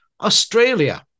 Australia